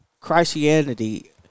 Christianity